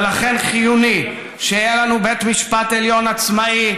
ולכן חיוני שיהיה לנו בית משפט עליון עצמאי,